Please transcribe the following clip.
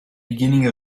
beginning